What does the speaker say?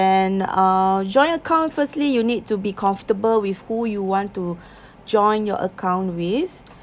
and uh joint account firstly you need to be comfortable with who you want to join your account with